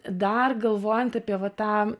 dar galvojant apie va tą